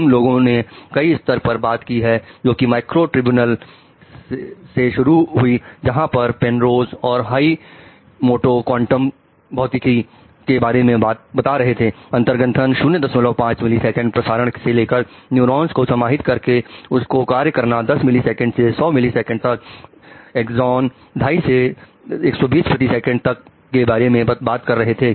हम लोगों ने कई स्तरों पर बात की है जोकि माइक्रो ट्रिब्यून से शुरू हुई जहां पर पेनरोज और हेईमोटो क्वांटम भौतिकी के बारे में बता रहे थे अंतर ग्रंथन 05 मिली सेकंड प्रसारण से लेकर न्यूरॉन्स को समाहित करके उनको कार्य कराना 10 मिली सेकंड से 100 मिली सेकंड तक एग्जाम 25 से 120 प्रति सेकंड तक के बारे में बात कर रहे थे